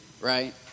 right